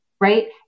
right